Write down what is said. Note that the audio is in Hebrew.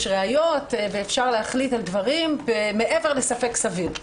יש ראיות ואפשר להחליט על דברים מעבר לספק סביר.